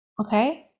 okay